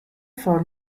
for